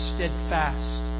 Steadfast